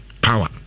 power